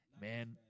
man